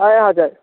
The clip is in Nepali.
ए हजुर